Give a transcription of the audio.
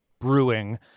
brewing